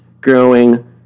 growing